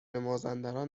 مازندران